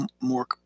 more